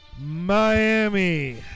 Miami